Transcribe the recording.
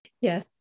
Yes